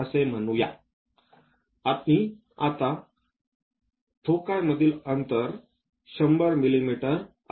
असे म्हणू या आणि आता फोकायमधील अंतर 100 मिमी आहे